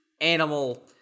animal